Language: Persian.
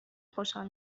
خوشحال